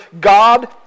God